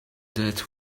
that